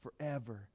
forever